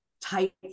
tight